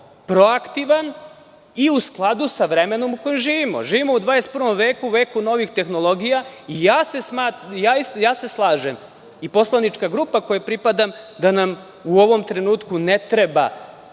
proaktivan i u skladu sa vremenom u kojem živimo. Živimo u 21. veku, veku novih tehnologija i slažem se, kao i poslanička grupa kojoj pripadam, da nam u ovom trenutku ne treba